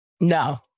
no